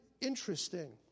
interesting